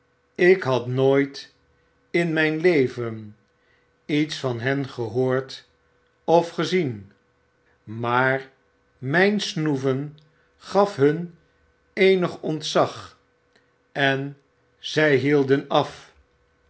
ik had nooit in mgn leven iets van hen gehoord of gezien maar myn snoeven gafhun eenig ontzag en zij hielden af